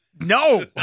No